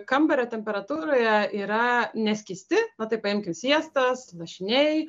kambario temperatūroje yra ne skysti nu tai paimkim sviestas lašiniai